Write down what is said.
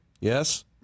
Yes